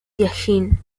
tianjin